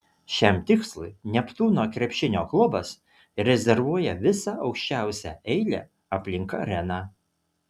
šiam tikslui neptūno krepšinio klubas rezervuoja visą aukščiausią eilę aplink areną